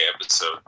episode